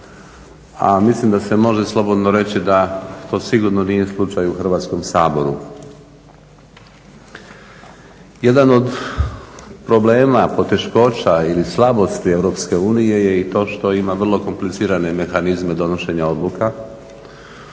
a mislim da se može slobodno reći da to sigurno nije slučaj u Hrvatskom saboru. Jedan od problema, poteškoća ili slabosti Europske unije je i to što ima vrlo komplicirane mehanizme donošenja odluka